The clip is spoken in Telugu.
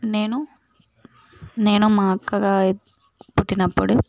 నేను నేను మా అక్కగా పుట్టినప్పుడు